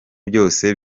byose